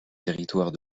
territoire